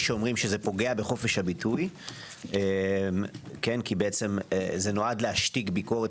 יש שאומרים שזה פוגע בזכות הביטוי כי זה נועד להשתיק ביקורת